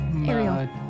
Ariel